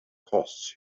costs